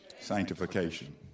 Sanctification